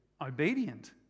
obedient